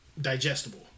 digestible